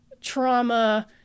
trauma